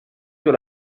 sur